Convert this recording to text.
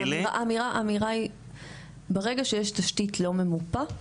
האמירה היא שברגע שיש תשתית לא ממופה,